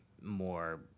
more